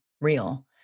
real